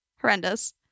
horrendous